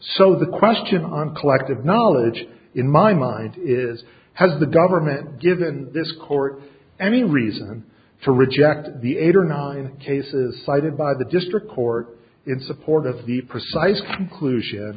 so the question on collective knowledge in my mind is has the government given this court any reason to reject the eight or nine cases cited by the district court in support of the precise